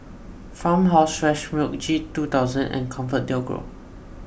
Farmhouse Fresh Milk G two thousand and ComfortDelGro